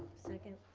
second.